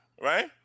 right